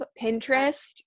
Pinterest